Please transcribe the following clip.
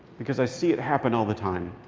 because i see it happen all the time.